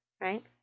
right